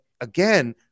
again